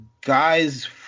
guys